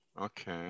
Okay